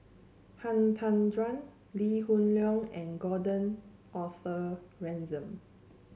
Han Tan Juan Lee Hoon Leong and Gordon Arthur Ransome